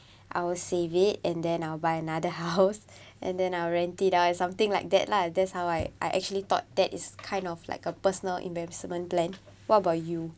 I will save it and then I'll buy another house and then I'll rent it out something like that lah that's how I I actually thought that is kind of like a personal investment plan what about you